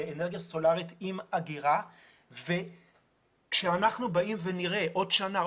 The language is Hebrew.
לאנרגיה סולרית עם אגירה וכשאנחנו נראה בעוד שנה,